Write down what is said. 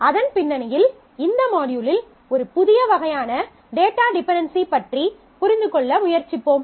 அதன் பின்னணியில் இந்த மாட்யூலில் ஒரு புதிய வகையான டேட்டா டிபென்டென்சி பற்றி புரிந்துகொள்ள முயற்சிப்போம்